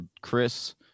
Chris